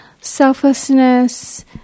selflessness